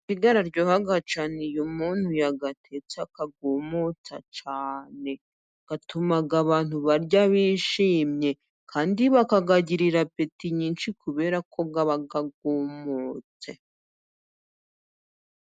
Amafi araryoha iyo umuntu yayatetse akayumutsa cyane. Atuma abantu barya bishimye kandi bakayagirira apeti nyinshi, kubera ko aba yumutse.